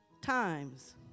times